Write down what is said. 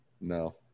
No